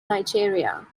nigeria